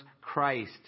Christ